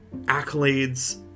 accolades